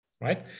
right